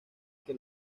que